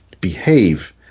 behave